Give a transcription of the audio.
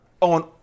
on